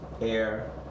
air